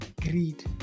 greed